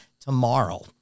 tomorrow